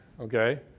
Okay